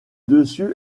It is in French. dessus